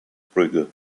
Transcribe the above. brügge